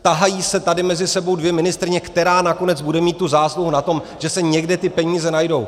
Tahají se tady mezi sebou dvě ministryně, která nakonec bude mít tu zásluhu na tom, že se někde ty peníze najdou.